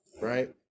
right